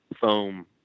foam